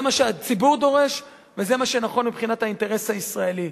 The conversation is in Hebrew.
זה מה שהציבור דורש וזה מה שנכון מבחינת האינטרס הישראלי.